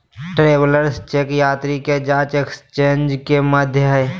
travellers cheque यात्री के जांच एक्सचेंज के माध्यम हइ